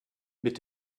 mit